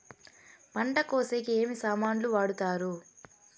పంట కోసేకి ఏమి సామాన్లు వాడుతారు?